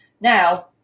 now